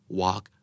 walk